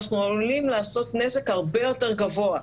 אנחנו עלולים לעשות נזק הרבה יותר גבוה,